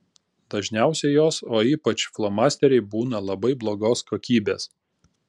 dažniausiai jos o ypač flomasteriai būna labai blogos kokybės